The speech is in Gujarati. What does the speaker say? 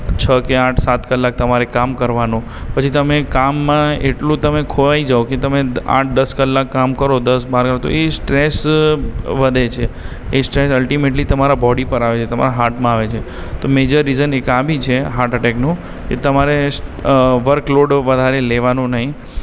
છ કે આઠ સાત કલાક તમારે કામ કરવાનું પછી તમે કામમાં એટલું તમે ખોવાઈ જાવ કે તમે આઠ દસ કલાક કામ કરો દસ બાર તો એ સ્ટ્રેસ વધે છે એ સ્ટ્રેસ અલ્ટીમેટલી તમારા બૉડી પર આવે છે તમારા હાર્ટમાં આવે છે તો મેજર રીઝન એક આ બી છે હાર્ટ એટેકનું તમારે વર્ક લોડ વધારે લેવાનું નહીં